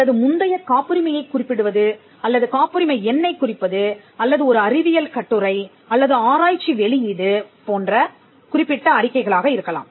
அல்லது முந்தைய காப்புரிமையக் குறிப்பிடுவது அல்லது காப்புரிமை எண்ணைக் குறிப்பது அல்லது ஒரு அறிவியல் கட்டுரை அல்லது ஆராய்ச்சி வெளியீடு போன்ற குறிப்பிட்ட அறிக்கைகளாக இருக்கலாம்